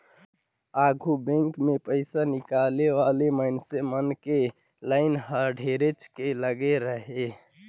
आघु बेंक मे पइसा निकाले वाला मइनसे मन के लाइन हर ढेरेच के लगे रहें